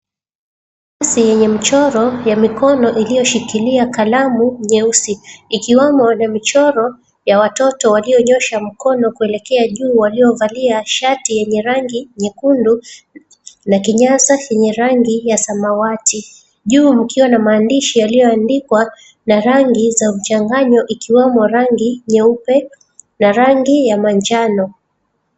Picha yenye mchoro ya mikono iliyoshikilia kalamu nyeusi. Ikiwemo na michoro ya watoto walionyosha mikono kuelekea juu waliovalia shati yenye rangi nyekundu na kinyasa vyenye rangi ya samawati. Juu mkiwa na maandishi yaliyoandikwa na rangi za mchanganyo ikiwemo rangi nyeupe na rangi ya manjano.